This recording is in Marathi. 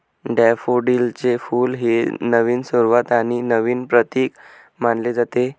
डॅफोडिलचे फुल हे नवीन सुरुवात आणि नवीन प्रतीक मानले जाते